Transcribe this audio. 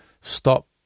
stop